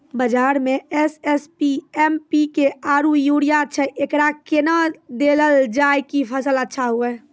बाजार मे SSP, MPK आरु यूरिया छैय, एकरा कैना देलल जाय कि फसल अच्छा हुये?